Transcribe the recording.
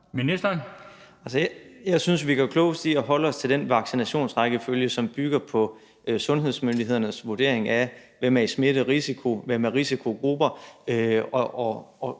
Altså, jeg synes, vi gør klogest i at holde os til den vaccinationsrækkefølge, som bygger på sundhedsmyndighedernes vurdering af, hvem der er i smitterisiko, hvem